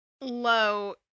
low